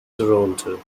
toronto